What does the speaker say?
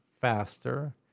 faster